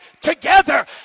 together